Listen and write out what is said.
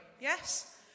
Yes